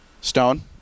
Stone